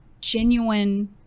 genuine